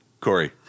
Corey